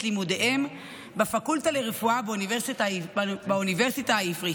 לימודיהם בפקולטה לרפואה באוניברסיטה העברית.